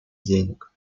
денег